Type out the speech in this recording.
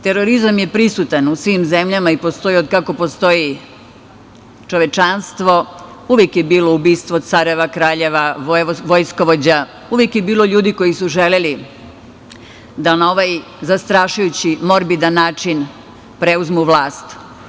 Terorizam je prisutan u svim zemljama i postoji od kako postoji čovečanstvo, uvek je bilo ubistava careva, kraljeva, vojskovođa, uvek je bilo ljudi koji su želeli da na ovaj zastrašujući, morbidan način preuzmu vlast.